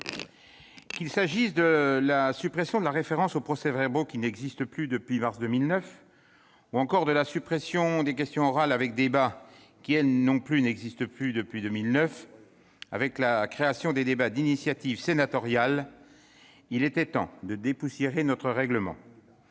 qu'il s'agisse de la suppression de la référence aux procès-verbaux qui n'existent plus depuis mars 2009 ou encore de celle des questions orales avec débat qui, elles non plus, n'existent plus depuis la même année et la création des débats d'initiative sénatoriale, il était temps de dépoussiérer notre règlement.